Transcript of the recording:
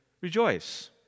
Rejoice